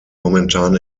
momentan